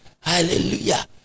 hallelujah